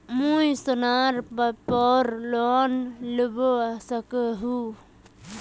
मुई सोनार पोर लोन लुबा सकोहो ही?